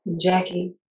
Jackie